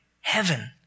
Heaven